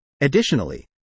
Additionally